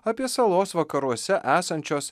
apie salos vakaruose esančios